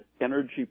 energy